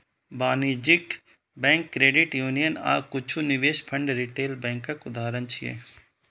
वाणिज्यिक bank, credit union आ किछु निवेश फंड रिटेल बैंकक उदाहरण छियै